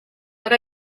but